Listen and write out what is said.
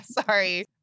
sorry